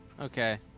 Okay